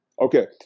Okay